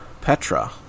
Petra